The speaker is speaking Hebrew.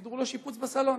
סידרו לו שיפוץ בסלון.